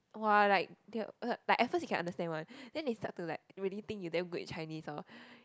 !wah! like they at first they can understand then they start to like think you damn good in Chinese orh